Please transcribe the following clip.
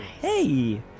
Hey